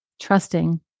trusting